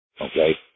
Okay